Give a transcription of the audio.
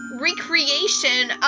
recreation